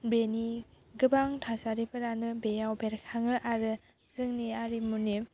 बेनि गोबां थासारिफोरानो बेयाव बेरखाङो आरो जोंनि आरिमुनि